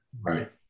Right